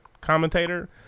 commentator